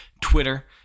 Twitter